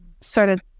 started